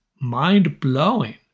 mind-blowing